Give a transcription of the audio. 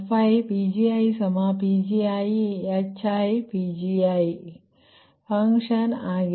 HiPgi function ಆಗಿದೆ